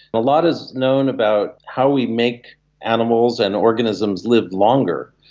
a lot is known about how we make animals and organisms live longer,